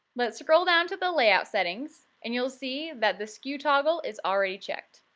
let's scroll down to the layout settings and you will see that the sku toggle is already checked.